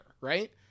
Right